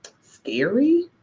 scary